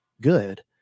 good